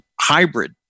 hybrid